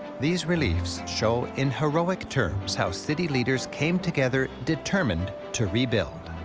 these reliefs show in heroic terms how city leaders came together determined to rebuild.